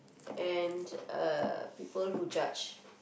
and a people who judge